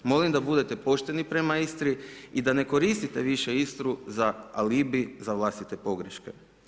Molim da budete pošteni prema Istri i da ne koristite više Istru za alibi za vlastite pogreške.